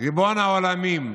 ריבון העולמים,